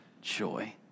Joy